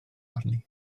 arni